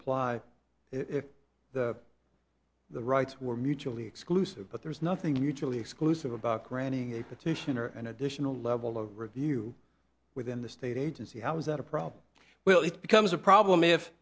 apply if the rights were mutually exclusive but there's nothing mutually exclusive about granting a petitioner an additional level of review within the state agency how is that a problem well it becomes a problem if